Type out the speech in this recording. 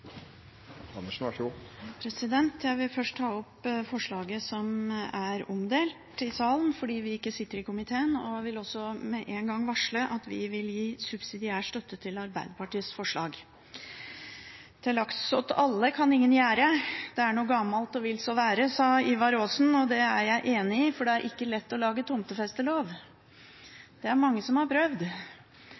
omdelt i salen, fordi vi ikke sitter i komiteen. Jeg vil også med én gang varsle at vi vil gi subsidiær støtte til Arbeiderpartiets forslag. «Til lags åt alle kan ingen gjera; det er no gamalt og vil so vera.» Sånn sa Ivar Aasen det, og det er jeg enig i, for det er ikke lett å lage tomtefestelov. Det er mange som har prøvd.